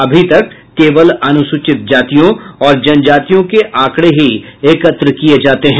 अभी तक केवल अनुसूचित जातियों और जन जातियों के आंकड़े ही एकत्र किय जाते हैं